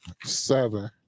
Seven